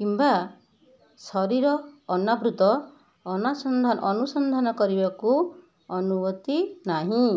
କିମ୍ବା ଶରୀର ଅନାବୃତ ଅନୁସନ୍ଧାନ କରିବାକୁ ଅନୁମତି ନାହିଁ